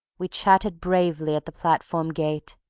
we chatted bravely at the platform gate.